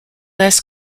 less